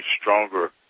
stronger